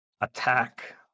attack